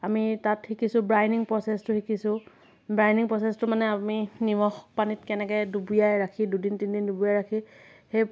আমি তাত শিকিছোঁ বাইনিং প্ৰচেচটো শিকিছোঁ বাইনিং প্ৰচেচটো মানে আমি নিমখ পানীত কেনেকৈ ডুবিয়াই ৰাখি দুদিন তিনিদিন ডুবিয়াই ৰাখি সেই